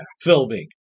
filming